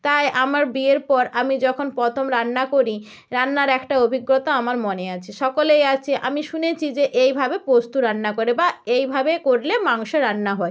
তাই আমার বিয়ের পর আমি যখন প্রথম রান্না করি রান্নার একটা অভিজ্ঞতা আমার মনে আছে সকলেই আছে আমি শুনেছি যে এইভাবে পোস্ত রান্না করে বা এইভাবে করলে মাংস রান্না হয়